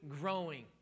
growing